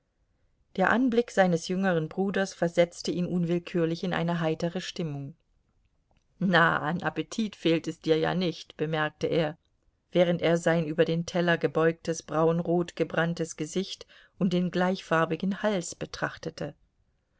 der anblick seines jüngeren bruders versetzte ihn unwillkürlich in eine heitere stimmung na an appetit fehlt es dir ja nicht bemerkte er während er sein über den teller gebeugtes braunrot gebranntes gesicht und den gleichfarbigen hals betrachtete